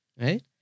Right